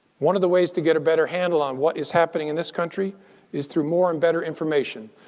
one of the ways to get a better handle on what is happening in this country is through more and better information.